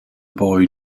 boy